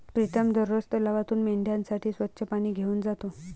प्रीतम दररोज तलावातून मेंढ्यांसाठी स्वच्छ पाणी घेऊन जातो